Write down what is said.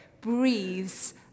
breathes